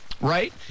Right